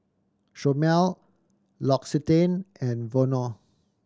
Chomel L'Occitane and Vono